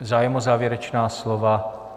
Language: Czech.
Zájem o závěrečná slova?